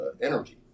energy